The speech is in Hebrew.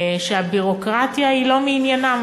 שהביורוקרטיה היא לא מעניינם.